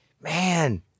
man